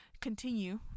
continue